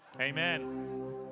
amen